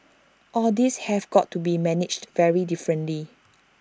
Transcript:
all these have got to be managed very differently